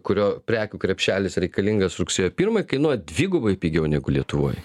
kurio prekių krepšelis reikalingas rugsėjo pirmai kainuoja dvigubai pigiau negu lietuvoj